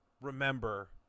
remember